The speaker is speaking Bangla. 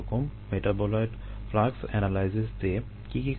মেটাবোলাইট ফ্লাক্স এনালাইসিস দিয়ে কী কী করা যাবে